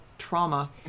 trauma